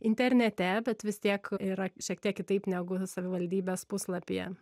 internete bet vis tiek yra šiek tiek kitaip negu savivaldybės puslapyje